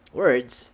words